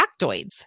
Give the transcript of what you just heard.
factoids